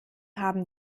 haben